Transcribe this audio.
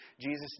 Jesus